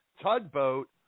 tugboat